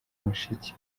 mushiki